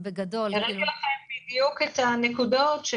הראיתי לכם בדיוק את הנקודות,